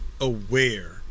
aware